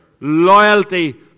loyalty